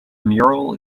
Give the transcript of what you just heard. mural